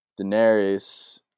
Daenerys